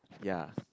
ya